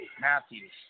Matthews